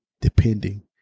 depending